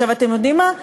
אתם יודעים מה?